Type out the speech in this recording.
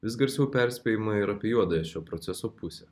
vis garsiau perspėjama ir apie juodąją šio proceso pusę